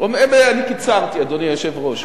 אני קיצרתי, אדוני היושב-ראש.